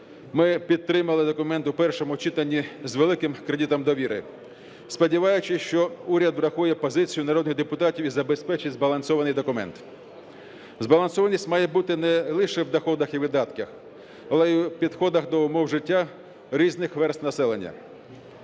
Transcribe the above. Ми підтримали документ у першому читанні з великим кредитом довіри, сподіваючись, що уряд врахує позицію народних депутатів і забезпечить збалансований документ. Збалансованість має бути не лише в доходах і видатках, але й у підходах до умов життя різних верств населення.